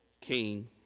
king